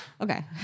Okay